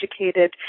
educated